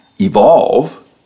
evolve